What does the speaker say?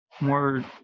more